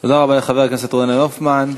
תודה רבה לחבר הכנסת רונן הופמן.